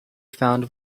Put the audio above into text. found